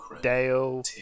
Dale